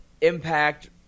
Impact –